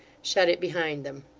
shut it behind them.